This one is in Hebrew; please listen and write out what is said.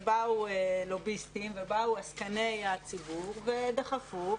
באו לוביסטים ועסקני הציבור ודחפו,